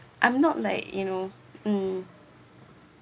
I'm not like you know mm